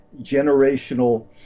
generational